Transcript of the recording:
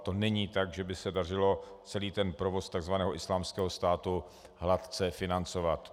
To není tak, že by se dařilo celý ten provoz tzv. Islámského státu hladce financovat.